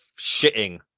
shitting